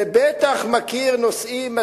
ובטח מכיר נושאים,